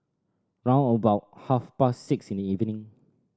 round about half past six in the evening